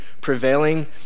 prevailing